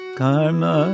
karma